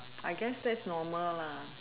I guess that's normal lah